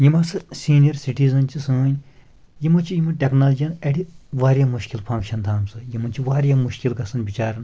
یِم ہسا senior citizen چھِ سٲنۍ یِمو چھِ یِمَن ٹٮ۪کنالجِیَن اَڑِ واریاہ مُشکِل فنٛگشن تھامژٕ سُہ یِمن چھِ واریاہ مُشکِل گژھان بِچارن